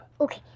Okay